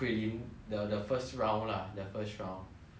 so 现在他在等 second round all that lor